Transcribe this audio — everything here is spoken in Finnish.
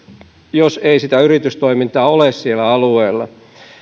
jos ei sitä yritystoimintaa ole siellä alueella